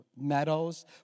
Meadows